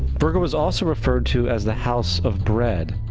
virgo is also referred to as the house of bread,